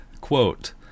Quote